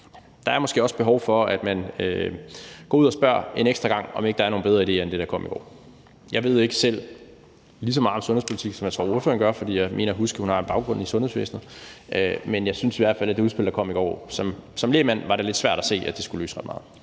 der er måske også behov for, at man går ud og spørger en ekstra gang, om ikke der er nogle bedre idéer end det, der kom i går. Jeg ved ikke selv lige så meget om sundhedspolitik, som jeg tror fru Monika Rubin gør. Jeg mener at huske, at hun har en baggrund i sundhedsvæsenet. Men jeg synes i hvert fald, at det som lægmand var lidt svært at se, at det udspil, der kom